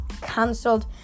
cancelled